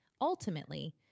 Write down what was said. Ultimately